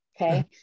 Okay